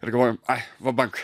ir galvojam ai vabank